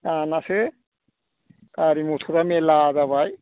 दानासो गारि मथरा मेरला जाबाय